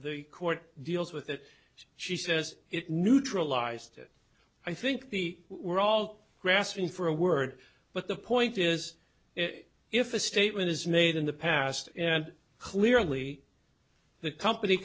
the court deals with that she says it neutralized it i think the we're all grasping for a word but the point is it if a statement is made in the past and clearly the company